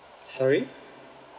sorry